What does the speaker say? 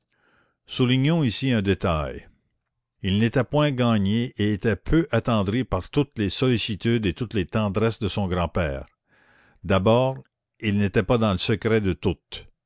soulignons ici un détail il n'était point gagné et était peu attendri par toutes les sollicitudes et toutes les tendresses de son grand-père d'abord il n'était pas dans le secret de toutes